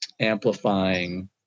amplifying